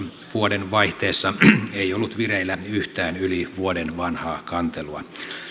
vuodenvaihteessa ei ollut vireillä yhtään yli vuoden vanhaa kantelua